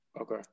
Okay